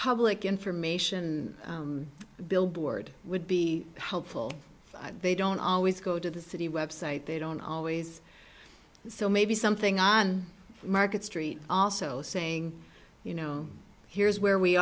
public information billboard would be helpful they don't always go to the city website they don't always so maybe something on market street also saying you know here's where we